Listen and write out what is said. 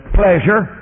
pleasure